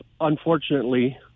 unfortunately